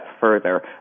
Further